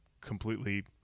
completely